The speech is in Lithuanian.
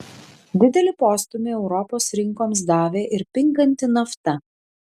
didelį postūmį europos rinkoms davė ir pinganti nafta